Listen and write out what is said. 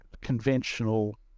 conventional